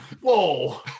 Whoa